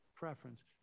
preference